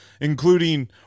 including